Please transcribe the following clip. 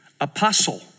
apostle